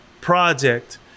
project